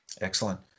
Excellent